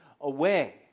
away